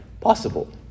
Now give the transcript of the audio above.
possible